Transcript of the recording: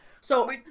so-